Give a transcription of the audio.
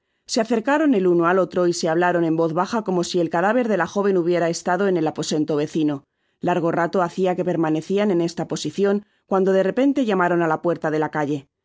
se acarearon el uno al otro y se hablaron en voz baja como si el cadáver de la joven hubiera estado en el aposento vecino largo rato hacia que permanecian en esta posicion cuando de repente llamaron á la puerta de la calle es